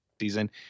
season